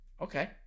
Okay